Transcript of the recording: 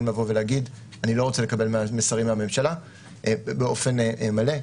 לבוא ולהגיד: אני לא רוצה לקבל מסרים מהממשלה באופן מלא.